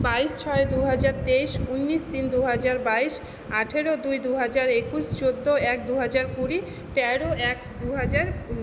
বাইশ ছয় দুহাজার তেইশ উনিশ তিন দুহাজার বাইশ আঠেরো দুই দুহাজার একুশ চোদ্দো এক দুহাজার কুড়ি তেরো এক দুহাজার